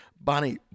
Bonnie